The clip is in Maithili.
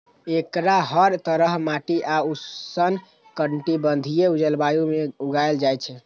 एकरा हर तरहक माटि आ उष्णकटिबंधीय जलवायु मे उगायल जाए छै